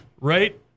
right